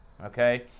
Okay